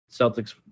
Celtics